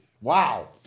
Wow